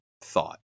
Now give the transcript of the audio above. thought